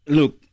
Look